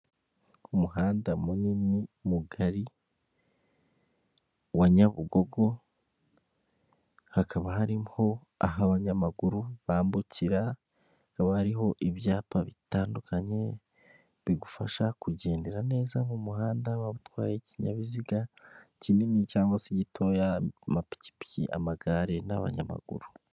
Umuhanda munini mugari wa Nyabugogo hakaba harimo aho abanyamaguru bambukira abaho ibyapa bitandukanye bigufasha kugendera neza mumuhanda waba utwaye ikinkinyabiziga kinini cyangwa se gitoya amapikipi, amagare n'abanyamaguru.